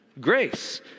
grace